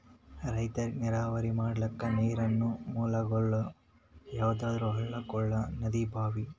ರೈತರಿಗ್ ನೀರಾವರಿ ಮಾಡ್ಲಕ್ಕ ನೀರಿನ್ ಮೂಲಗೊಳ್ ಯಾವಂದ್ರ ಹಳ್ಳ ಕೊಳ್ಳ ನದಿ ಭಾಂವಿ